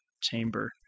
chamber